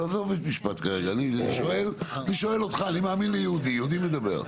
אני שואל אותך, אני מאמין ליהודי, יהודי מדבר.